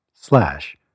slash